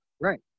Right